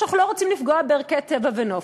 שאנחנו לא רוצים לפגוע בערכי טבע ונוף.